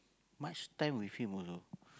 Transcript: much time with him only